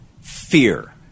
fear